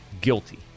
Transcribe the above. guilty